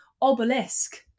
obelisk